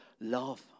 love